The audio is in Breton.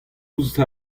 ouzh